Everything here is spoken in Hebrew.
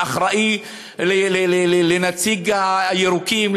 מאחראי לנציג הירוקים,